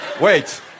Wait